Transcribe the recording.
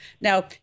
Now